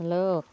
hello